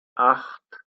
acht